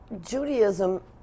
Judaism